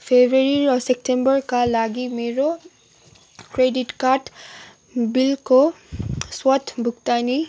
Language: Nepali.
फेब्रुअरी र सेप्टेम्बरका लागि मेरो क्रेडिट कार्ड बिलको स्वत भुक्तानी